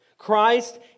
Christ